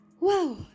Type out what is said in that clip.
wow